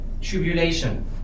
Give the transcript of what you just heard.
tribulation